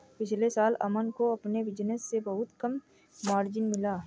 पिछले साल अमन को अपने बिज़नेस से बहुत कम मार्जिन मिला